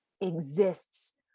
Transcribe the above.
exists